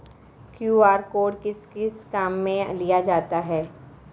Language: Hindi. क्यू.आर कोड किस किस काम में लिया जाता है?